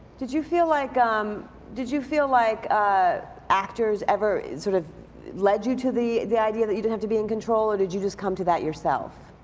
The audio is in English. did you feel like um did you feel like ah actors ever sort of led you to the the idea that you have to be in control or did you just come to that yourself?